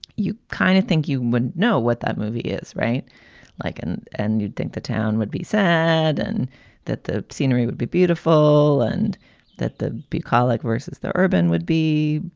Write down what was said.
you kind of think you wouldn't know what that movie is right like and and you'd think the town would be sad and that the scenery would be beautiful and that the bucolic versus the urban would be,